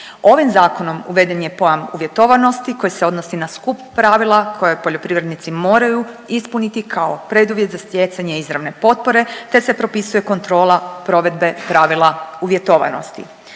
Ovim Zakonom uveden je pojam uvjetovanosti koje se odnosi na skup pravila koje poljoprivrednici moraju ispuniti kao preduvjet za stjecanje izravne potpore te se propisuje kontrola provedbe pravila uvjetovanosti.